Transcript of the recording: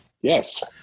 yes